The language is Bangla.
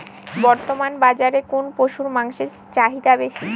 বর্তমান বাজারে কোন পশুর মাংসের চাহিদা বেশি?